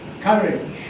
courage